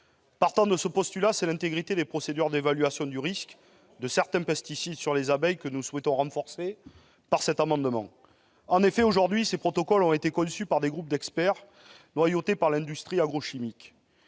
Dès lors, c'est l'intégrité des procédures d'évaluation du risque présenté certains pesticides pour les abeilles que nous souhaitons renforcer par cet amendement. En effet, ces protocoles ont été conçus par des groupes d'experts noyautés par l'industrie agrochimique.